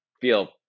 feel